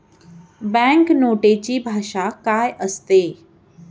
Bank नोटेची भाषा काय असते?